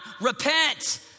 repent